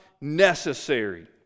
necessary